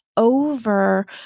over